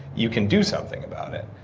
you can do something about it